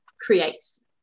creates